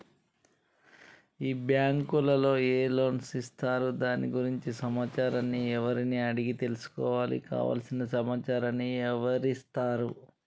ఈ బ్యాంకులో ఏ లోన్స్ ఇస్తారు దాని గురించి సమాచారాన్ని ఎవరిని అడిగి తెలుసుకోవాలి? కావలసిన సమాచారాన్ని ఎవరిస్తారు?